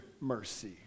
mercy